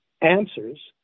answers